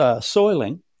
soiling